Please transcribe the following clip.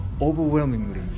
overwhelmingly